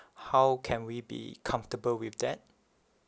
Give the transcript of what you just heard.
how can we be comfortable with that